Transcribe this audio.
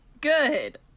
good